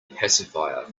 pacifier